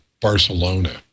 Barcelona